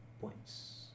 points